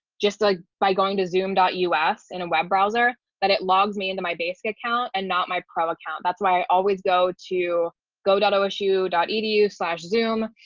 just ah by going to zoom us, and a web browser that it logged me into my basic account and not my pro account. that's why i always go to goto issue dot edu slash zoom,